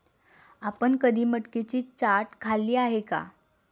आपण कधी मटकीची चाट खाल्ली आहे का?